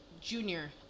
Junior